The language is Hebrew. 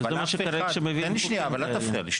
אבל אף אחד --- תן לי שנייה, אבל אל תפריע לי.